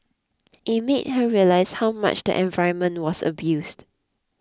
it made her realise how much the environment was abused